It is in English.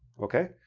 okay?